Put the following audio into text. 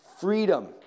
freedom